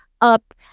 Up